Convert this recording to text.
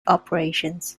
operations